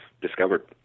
discovered